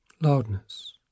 loudness